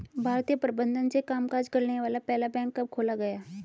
भारतीय प्रबंधन से कामकाज करने वाला पहला बैंक कब खोला गया?